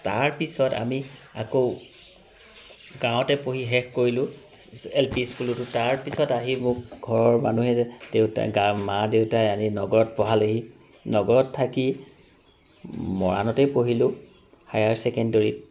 তাৰপিছত আমি আকৌ গাঁৱতে পঢ়ি শেষ কৰিলো এল পি স্কুলটো তাৰপিছত আহি মোক ঘৰৰ মানুহে দেউতাই মা দেউতাই আনি নগৰত পঢ়ালেহি নগৰত থাকি মৰাণতে পঢ়িলো হায়াৰ ছেকেণ্ডেৰী